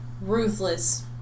ruthless